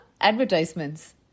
advertisements